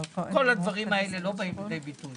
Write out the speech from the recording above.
כל הדבר האלה לא באים לידי ביטוי.